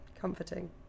comforting